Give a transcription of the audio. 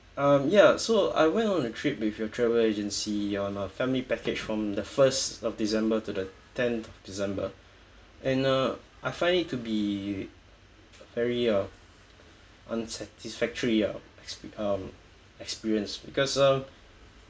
um ya so I went on a trip with your travel agency on a family package from the first of december to the tenth december and uh I find it to be very uh unsatisfactory ah um experience because uh